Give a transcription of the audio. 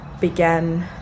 began